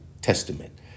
Testament